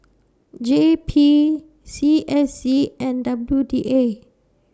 J P C S C and W D A